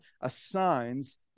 assigns